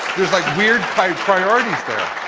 there's like weird priorities there.